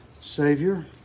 Savior